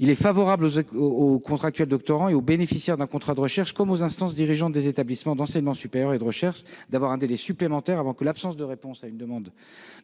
est favorable aux doctorants contractuels et aux bénéficiaires d'un contrat de recherche comme aux instances dirigeantes des établissements d'enseignement supérieur et de recherche, qui auraient un délai supplémentaire avant que l'absence de réponse à une demande